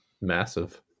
Massive